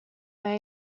hay